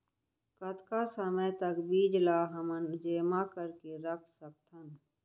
कतका समय तक बीज ला हमन जेमा करके रख सकथन?